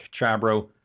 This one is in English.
Chabro